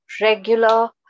regular